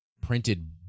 printed